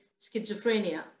schizophrenia